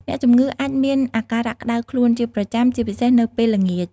អ្នកជំងឺអាចមានអាការៈក្តៅខ្លួនជាប្រចាំ ជាពិសេសនៅពេលល្ងាច។